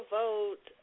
vote